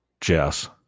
Jess